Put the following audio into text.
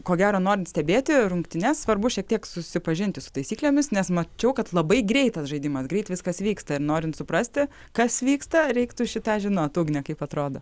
ko gero norint stebėti rungtynes svarbu šiek tiek susipažinti su taisyklėmis nes mačiau kad labai greitas žaidimas greit viskas vyksta ir norint suprasti kas vyksta reiktų šį tą žinot ugne kaip atrodo